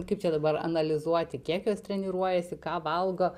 kaip čia dabar analizuoti kiek jos treniruojasi ką valgo